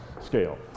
scale